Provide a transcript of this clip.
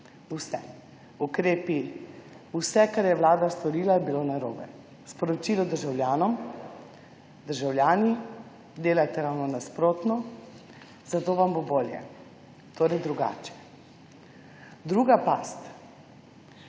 Vse. Ukrepi. Vse, kar je vlada storila, je bilo narobe. Sporočilo državljanom: državljani, delajte ravno nasprotno, zato vam bo bolje, torej drugače. Druga past: